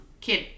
kid